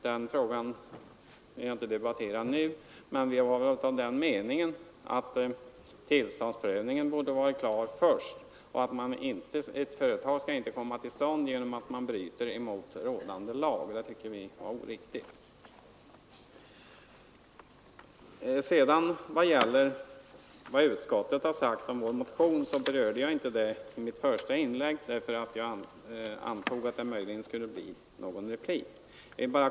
Den frågan vill jag inte debattera nu, men vi var av den meningen att tillståndsprövningen borde ha varit klar först och att ett företag inte skall komma till stånd genom att man bryter mot rådande lag. Det tycker vi var oriktigt. Vad utskottet sagt om vår motion berörde jag inte i mitt första inlägg, därför att jag antog att det skulle bli ett replikskifte.